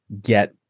get